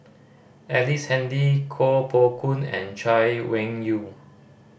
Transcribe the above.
Ellice Handy Koh Poh Koon and Chay Weng Yew